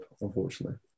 unfortunately